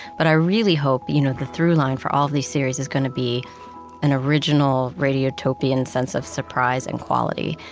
but i really hope, you know, the through-line for all of these series is going to be an original radiotopian sense of surprise and quality.